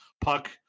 puck